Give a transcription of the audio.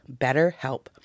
BetterHelp